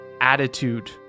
attitude